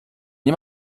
nie